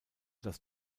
das